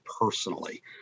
personally